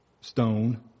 Stone